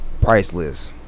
Priceless